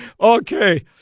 Okay